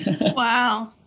Wow